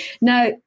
Now